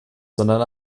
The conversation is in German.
sondern